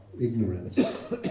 ignorance